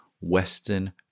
western